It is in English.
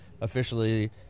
officially